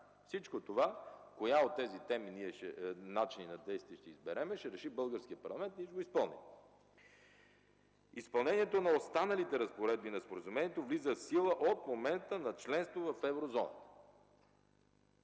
Всичко това – кой от начините на действие ще изберем, ще реши българският парламент и ще го изпълним. Изпълнението на останалите разпоредби на споразумението влиза в сила от момента на членство в Еврозоната.